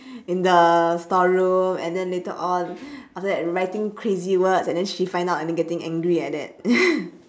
in the storeroom and then later on after that writing crazy words then she find out and then getting angry like that